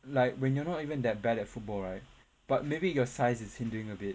like when you're not even that bad at football right but maybe your size is hindering a bit